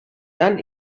dann